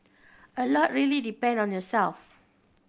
a lot really depend on yourself